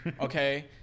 Okay